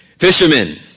Fishermen